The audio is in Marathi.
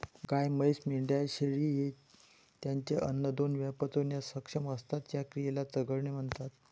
गाय, म्हैस, मेंढ्या, शेळी हे त्यांचे अन्न दोन वेळा पचवण्यास सक्षम असतात, या क्रियेला चघळणे म्हणतात